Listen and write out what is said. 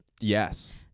Yes